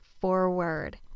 forward